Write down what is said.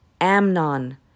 Amnon